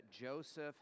Joseph